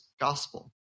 gospel